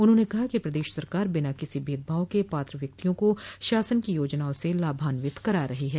उन्होंने कहा कि प्रदेश सरकार बिना किसी भेदभाव के पात्र व्यक्तियों को शासन की योजनाओं से लाभान्वित करा रही है